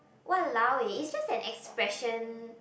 !walao eh! it's just an expression